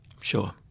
Sure